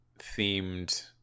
themed